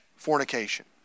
fornication